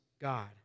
God